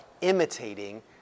imitating